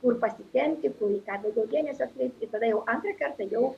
kur pasitempti kur į ką daugiau dėmesio atkreipti į tada jau antrą kartą jau